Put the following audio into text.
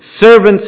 Servants